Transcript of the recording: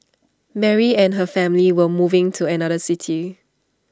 Mary and her family were moving to another city